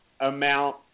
amount